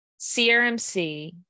CRMC